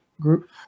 group